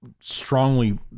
strongly